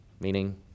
meaning